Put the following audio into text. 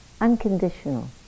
Unconditional